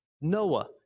Noah